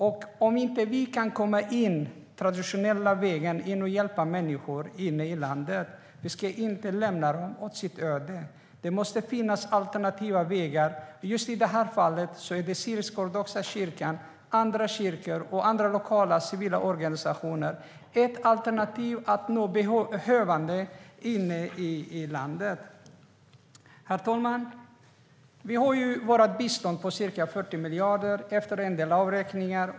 Om vi inte kan komma in i landet den traditionella vägen för att hjälpa människor där ska vi inte lämna dem åt deras öde. Det måste finnas alternativa vägar. I just det här fallet är den syrisk-ortodoxa kyrkan, andra kyrkor och andra lokala civila organisationer alternativ för att nå behövande inne i landet. Herr talman! Vi har ett bistånd på ca 40 miljarder, efter en del avräkningar.